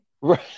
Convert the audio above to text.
Right